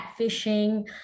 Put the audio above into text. catfishing